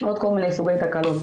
עוד כל מיני סוגי תקלות.